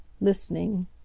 listening